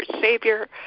Savior